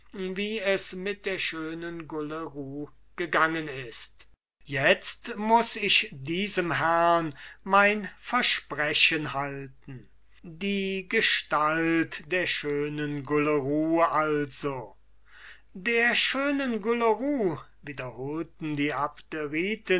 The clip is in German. wie es mit der schönen gulleru gegangen ist itzt muß ich diesem herrn mein versprechen halten die gestalt der schönen gulleru also der schönen gulleru wiederholten die